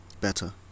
better